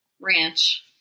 ranch